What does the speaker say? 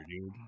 dude